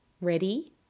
Ready